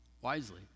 wisely